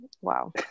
Wow